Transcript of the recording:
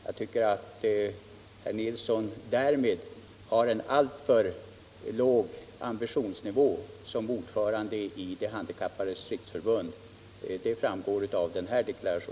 Jag tycker att herr Nilsson därmed har en alltför låg ambitionsnivå som ordförande i det förbundet. Det framgår av hans deklaration här. frågor frågor 180